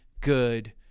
good